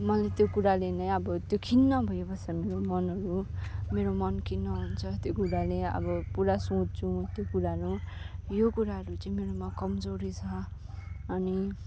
मलाई त्यो कुराले नै अब त्यो खिन्न भइबस्छ मेरो मनहरू मेरो मन खिन्न हुन्छ त्यो कुराले अब पुरा सोच्छु म त्यो कुराहरू य कुराहरू चाहिँ मेरोमा कमजोरी छ अनि